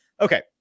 Okay